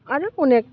आरो अनेख